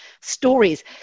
stories